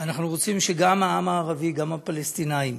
אנחנו רוצים שגם העם הערבי, גם הפלסטינים,